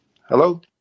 hello